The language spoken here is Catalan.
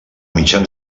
mitjan